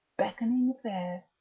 beckoning fair.